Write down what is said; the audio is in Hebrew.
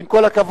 עם כל הכבוד,